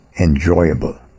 enjoyable